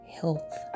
health